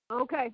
Okay